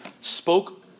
spoke